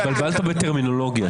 התבלבלת בטרמינולוגיה.